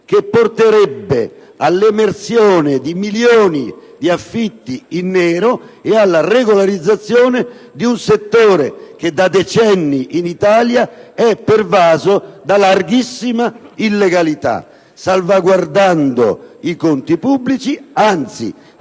che porterebbe all'emersione di milioni di affitti in nero ed alla regolarizzazione di un settore che da decenni in Italia è pervaso da larghissima illegalità; ciò salvaguardando i conti pubblici, anzi,